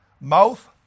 Mouth